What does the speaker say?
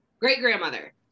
great-grandmother